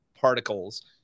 particles